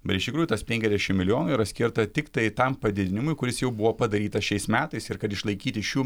bet iš tikrųjų tas penkiasdešim milijonų yra skirta tiktai tam padidinimui kuris jau buvo padarytas šiais metais ir kad išlaikyti šių